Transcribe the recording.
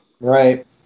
right